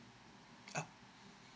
uh